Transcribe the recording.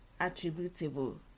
attributable